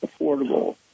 affordable